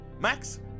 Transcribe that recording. Max